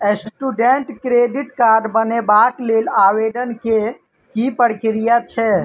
Student credit card बनेबाक लेल आवेदन केँ की प्रक्रिया छै?